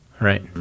right